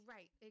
Right